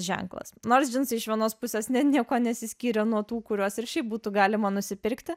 ženklas nors džinsai iš vienos pusės ne niekuo nesiskyrė nuo tų kuriuos ir šiaip būtų galima nusipirkti